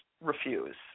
refuse